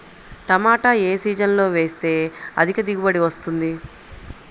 టమాటా ఏ సీజన్లో వేస్తే అధిక దిగుబడి వస్తుంది?